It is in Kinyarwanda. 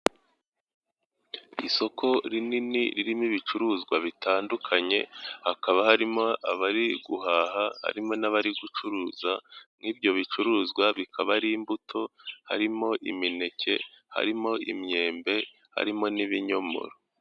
Isoko rinini ririmo ibicuruzwa bitandukanye, hakaba harimo abari guhaha harimo n'abari gucuruza. Nk'ibyo bicuruzwa bikaba ari imbuto, harimo imineke, harimo imyembe, harimo n'ibinyomoro.